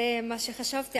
זה מה שחשבתי.